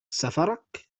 سفرك